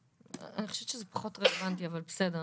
אני חושבת שזה פחות רלוונטי אבל בסדר,